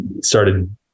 started